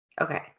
Okay